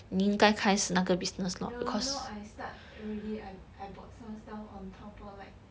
ya lor now I start already I I bought some stuff on Taobao like